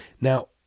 Now